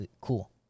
cool